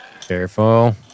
Careful